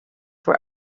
were